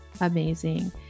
amazing